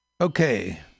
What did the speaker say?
Okay